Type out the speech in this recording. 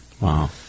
wow